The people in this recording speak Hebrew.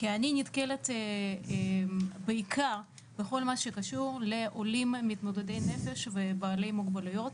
כי אני נתקלת בעיקר בכל מה שקשור לעולים מתמודדי נפש ובעלי מוגבלויות.